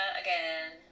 again